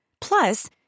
Plus